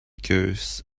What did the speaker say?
goose